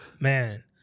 man